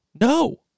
No